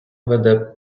веде